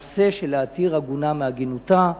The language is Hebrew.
בנושא של להתיר עגונה מעגינותה.